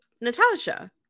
Natasha